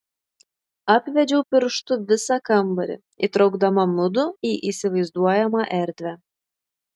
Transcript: apvedžiau pirštu visą kambarį įtraukdama mudu į įsivaizduojamą erdvę